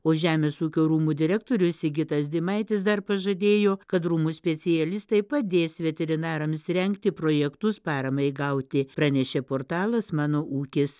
o žemės ūkio rūmų direktorius sigitas dimaitis dar pažadėjo kad rūmų specialistai padės veterinarams rengti projektus paramai gauti pranešė portalas mano ūkis